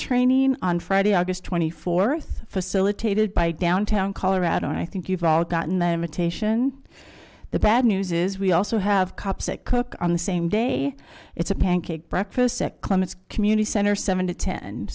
training on friday august twenty fourth facilitated by downtown colorado i think you've all gotten them attention the bad news is we also have cops that cook on the same day it's a pancake breakfast clements community center seven to ten